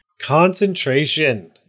concentration